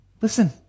Listen